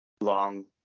long